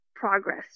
progress